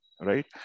right